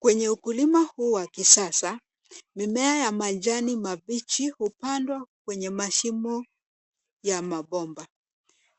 Kwenye ukulima huu wa kisasa, mimea ya majani mabichi hupandwa kwenye mashimo ya mabomba.